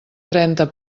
trenta